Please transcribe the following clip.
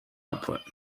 output